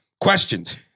Questions